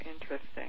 interesting